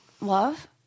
love